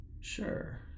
Sure